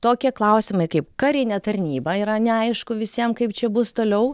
tokie klausimai kaip karinė tarnyba yra neaišku visiem kaip čia bus toliau